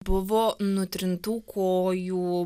buvo nutrintų kojų